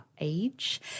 age